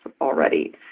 already